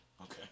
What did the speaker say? okay